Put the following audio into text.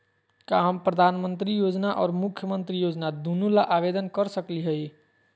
का हम प्रधानमंत्री योजना और मुख्यमंत्री योजना दोनों ला आवेदन कर सकली हई?